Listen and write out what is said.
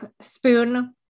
spoon